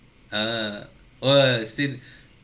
err oh still